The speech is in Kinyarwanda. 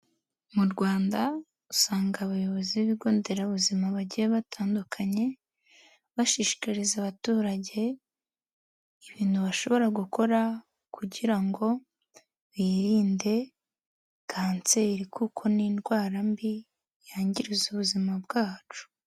Mu rwanda, usanga abayobozi b'ibigo nderabuzima bagiye batandukanye, bashishikariza abaturage ibintu bashobora gukora kugira ngo birinde kanseri, kuko ni indwara mbi yangiza ubuzima bwacu.